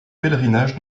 pèlerinage